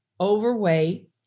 overweight